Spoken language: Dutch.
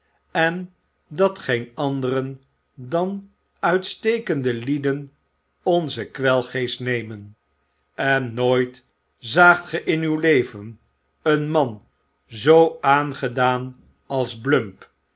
en dat geen anderen dan uitstekende lieden onzen kwelgeest nemen en nooit zaagt ge in uw leven een man zoo aangedaan als